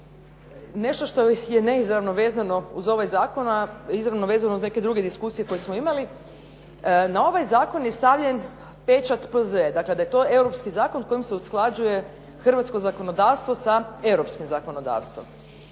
nešto što je neizravno vezano uz ovaj zakon, a izravno vezano uz neke druge diskusije koje smo imali na ovaj zakon je stavljen pečat P.Z.E. dakle da je to europski zakon kojim se usklađuje hrvatsko zakonodavstvo sa europskim zakonodavstvom.